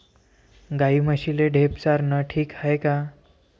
गाई म्हशीले ढेप चारनं ठीक हाये का?